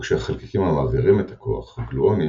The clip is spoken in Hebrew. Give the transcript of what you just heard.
הוא שהחלקיקים המעבירים את הכוח – הגלואונים,